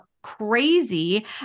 crazy